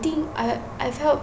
think I I felt